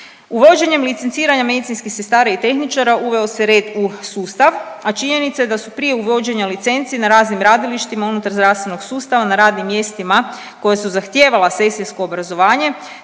Uvođenjem licenciranja medicinskih sestara i tehničara uveo se red u sustav, a činjenica je da su prije uvođenja licenci na raznim radilištima unutar zdravstvenog sustava na radnim mjestima koja su zahtijevala sestrinsko obrazovanje